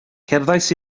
cerddais